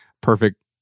perfect